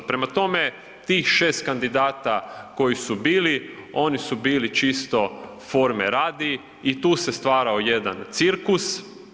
Prema tome, tih 6 kandidata koji su bili, oni su bili čisto forme radi i tu se stvarao jedan cirkus.